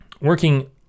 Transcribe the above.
working